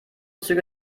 züge